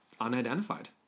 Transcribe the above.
unidentified